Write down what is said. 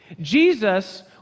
Jesus